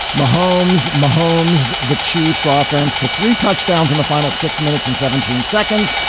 mahomes mahomes. the chiefs ah offense to three touchdowns in the final six minutes and seventeen seconds.